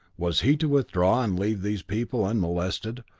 was he to withdraw and leave these people unmolested,